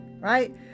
right